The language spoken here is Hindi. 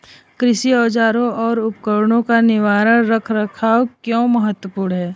कृषि औजारों और उपकरणों का निवारक रख रखाव क्यों महत्वपूर्ण है?